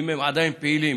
אם הם עדיין פעילים.